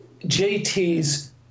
JT's